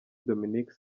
dominique